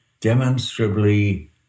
demonstrably